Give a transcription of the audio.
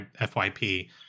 fyp